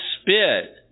spit